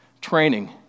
training